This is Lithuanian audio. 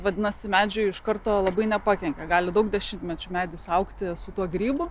vadinasi medžiui iš karto labai nepakenkia gali daug dešimtmečių medis augti su tuo grybu